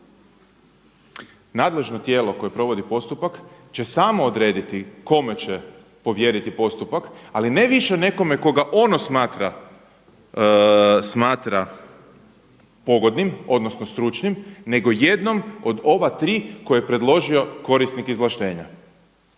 nadležno tijelo koje provodi postupak će samo odrediti kome će povjeriti postupak, ali ne više nekome koga ono smatra pogodnim odnosno stručnim, nego jednom od ova tri koje je predložio korisnik izvlaštenja.